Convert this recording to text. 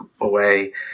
away